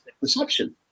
perception